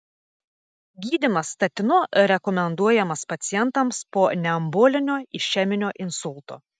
gydymas statinu rekomenduojamas pacientams po neembolinio išeminio insulto